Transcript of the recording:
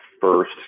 first